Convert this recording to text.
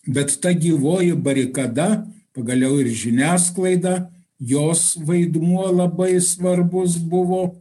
bet ta gyvoji barikada pagaliau ir žiniasklaida jos vaidmuo labai svarbus buvo